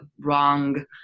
wrong